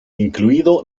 incluido